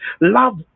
Love